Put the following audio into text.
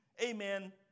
amen